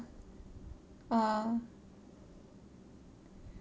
ah